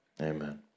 Amen